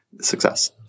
success